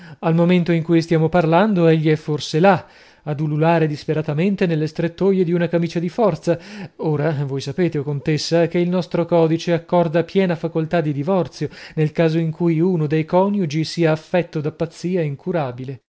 al momento in cui stiamo parlando egli è forse là ad ululare disperatamente nelle strettoie di una camicia di forza ora voi sapete o contessa che il nostro codice accorda piena facoltà di divorzio nel caso in cui uno dei coniugi sia affetto da pazzia incurabile